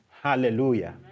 Hallelujah